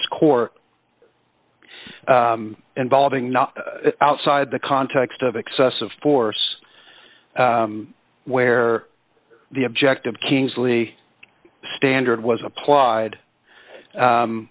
score involving not outside the context of excessive force where the objective kingsley standard was applied